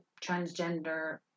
transgender